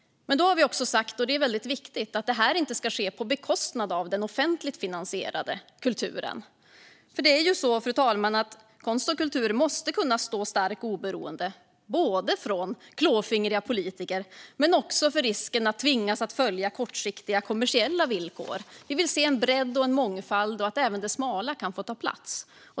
Men vi har också sagt - och det är väldigt viktigt - att det inte ska ske på bekostnad av den offentligt finansierade kulturen. Det är ju så, fru talman, att konst och kultur måste kunna stå starka och oberoende i förhållande till klåfingriga politiker och kortsiktiga kommersiella villkor. Vi vill se en bredd och en mångfald och att även det smala kan få ta plats.